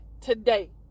today